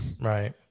right